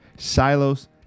Silos